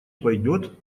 пойдет